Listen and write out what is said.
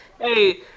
hey